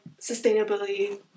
sustainability